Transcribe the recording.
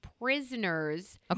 prisoners